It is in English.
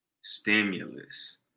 Stimulus